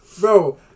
Bro